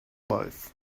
life